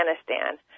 Afghanistan